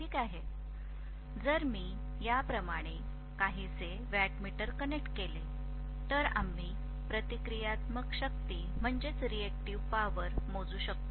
ठीक आहे जर मी याप्रमाणे काहीसे व्हॅटमीटर कनेक्ट केले तर आम्ही प्रतिक्रियात्मक शक्ती मोजू शकतो